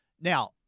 Now